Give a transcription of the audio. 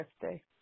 birthday